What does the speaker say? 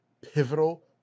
pivotal